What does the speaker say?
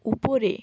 উপরে